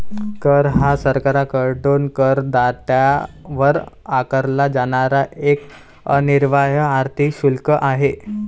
कर हा सरकारकडून करदात्यावर आकारला जाणारा एक अनिवार्य आर्थिक शुल्क आहे